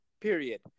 period